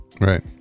Right